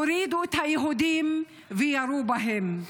הורידו את היהודים וירו בהם.